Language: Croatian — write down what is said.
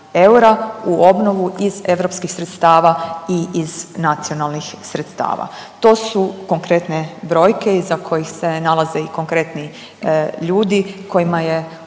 u obnovu iz EU sredstava i iz nacionalnih sredstava. To su konkretne brojke iza kojih se nalaze i konkretni ljudi kojima je